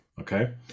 okay